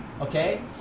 Okay